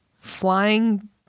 flying